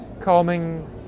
calming